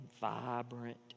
vibrant